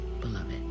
beloved